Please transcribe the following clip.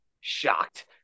shocked